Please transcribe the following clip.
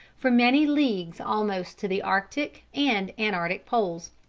for many leagues almost to the arctic and antarctic poles.